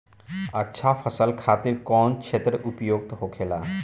अच्छा फसल खातिर कौन क्षेत्र उपयुक्त होखेला?